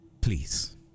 Please